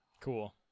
Cool